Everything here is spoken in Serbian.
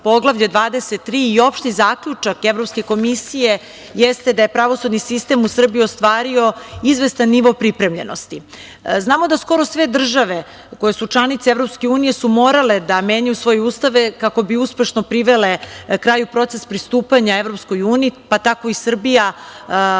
Poglavlje 23. i opšti zaključak Evropske komisije, jeste da je pravosudni sistem u Srbiji ostvario izvestan nivo pripremljenosti. Znamo da skoro sve države koje su članice Evropske unije su morale da menjaju svoje ustave, kako bi uspešno privele kraju proces pristupanja EU, pa tako i Srbija,